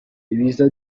biza